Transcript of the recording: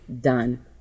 done